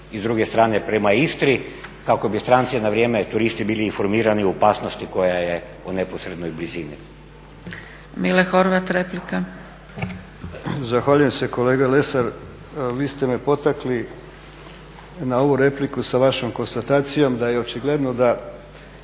i s druge strane prema Istri kako bi stranci na vrijeme, turisti bili informirani o opasnosti koja je u neposrednoj blizini. **Zgrebec, Dragica (SDP)** Mile Horvat, replika. **Horvat, Mile (SDSS)** Zahvaljujem se kolega Lesar. Vi ste me potakli na ovu repliku sa vašom konstatacijom da je očigledno da